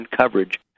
coverage